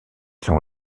sont